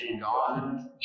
God